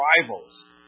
rivals